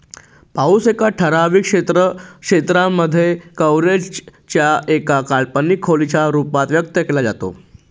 पाऊस एका ठराविक वेळ क्षेत्रांमध्ये, कव्हरेज च्या एका काल्पनिक खोलीच्या रूपात व्यक्त केला जातो